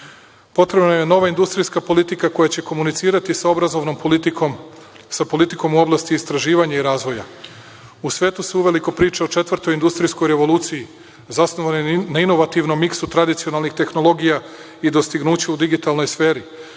Potrebna nam je nova industrijska politika koja će komunicirati sa obrazovnom politikom, sa politikom u oblasti istraživanja i razvoja.U svetu se uveliko priča o četvrtoj industrijskoj revoluciji zasnovanoj na inovativnom miksu tradicionalnih tehnologija i dostignuća u digitalnoj sferi.